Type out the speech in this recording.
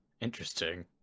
interesting